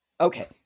Okay